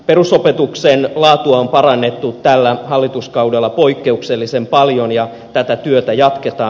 perusopetuksen laatua on parannettu tällä hallituskaudella poikkeuksellisen paljon ja tätä työtä jatketaan